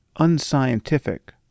unscientific